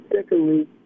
secondly